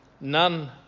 None